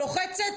לוחצת,